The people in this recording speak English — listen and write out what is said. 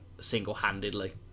single-handedly